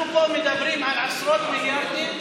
אנחנו פה מדברים על עשרות מיליארדים,